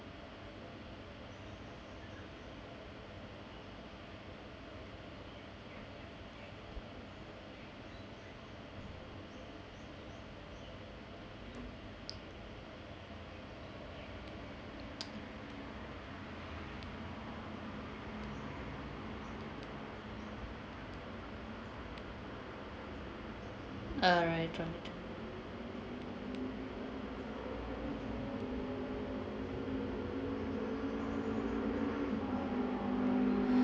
uh right right